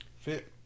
fit